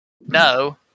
No